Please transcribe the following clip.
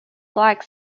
black